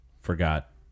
forgot